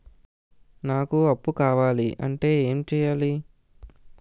నాకు అప్పు కావాలి అంటే ఎం చేయాలి?